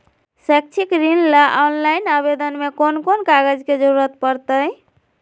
शैक्षिक ऋण ला ऑनलाइन आवेदन में कौन कौन कागज के ज़रूरत पड़तई?